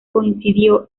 coincidió